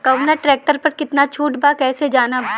कवना ट्रेक्टर पर कितना छूट बा कैसे जानब?